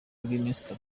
rw’iminsi